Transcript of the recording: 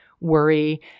worry